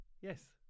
Yes